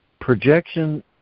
Projection